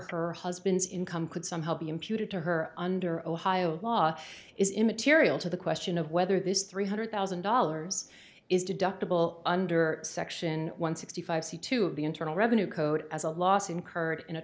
her husband's income could somehow be imputed to her under ohio law is immaterial to the question of whether this three hundred thousand dollars is deductible under section one sixty five c two of the internal revenue code as a loss incurred in a